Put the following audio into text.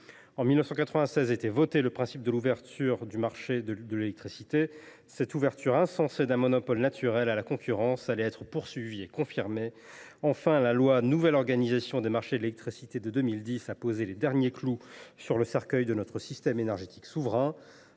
En 1996 a été voté le principe de l’ouverture du marché de l’électricité. Cette ouverture insensée d’un monopole naturel à la concurrence allait être poursuivie et confirmée. Et la loi portant nouvelle organisation du marché de l’électricité (Nome) de 2010 a enfoncé les derniers clous sur le cercueil de notre système énergétique souverain.